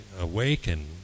awaken